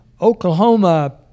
Oklahoma